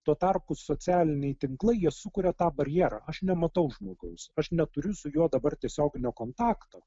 tuo tarpu socialiniai tinklai jie sukuria tą barjerą aš nematau žmogaus aš neturiu su juo dabar tiesioginio kontakto